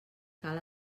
cal